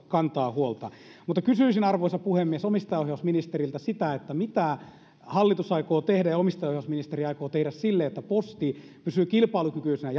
kantaa huolta kysyisin arvoisa puhemies omistajaohjausministeriltä mitä hallitus aikoo tehdä ja mitä omistajaohjausministeri aikoo tehdä sille että posti pysyy kilpailukykyisenä